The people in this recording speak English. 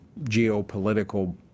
geopolitical